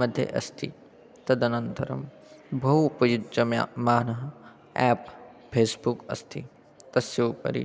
मध्ये अस्ति तदनन्तरं बहु उपयुज्यमानः आप् फेस्बुक् अस्ति तस्य उपरि